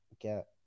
get